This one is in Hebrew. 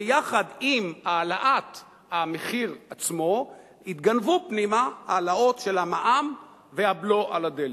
ויחד עם העלאת המחיר עצמו התגנבו פנימה העלאות של המע"מ והבלו על הדלק.